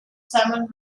salmon